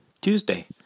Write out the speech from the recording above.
Tuesday